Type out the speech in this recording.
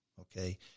okay